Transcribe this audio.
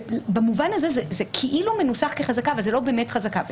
במובן הזה זה כאילו מנוסח כחזקה אבל זה לא באמת חזקה.